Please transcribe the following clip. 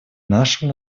нашим